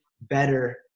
better